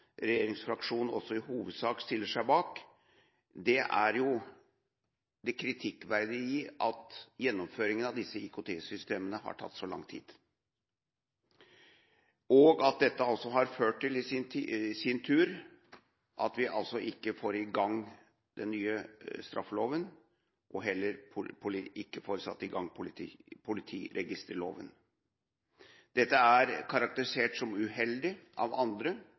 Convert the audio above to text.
også regjeringsfraksjonen i hovedsak stiller seg bak – er jo det kritikkverdige i at gjennomføringen av disse IKT-systemene har tatt så lang tid, og at dette i sin tur har ført til at vi ikke får satt i gang den nye straffeloven og heller ikke politiregisterloven. Dette er av andre karakterisert som uheldig.